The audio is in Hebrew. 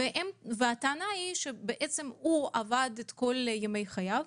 הטענה היא שהוא עבד כל ימי חייו